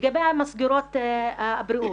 לגבי מסגרות הבריאות,